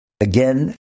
Again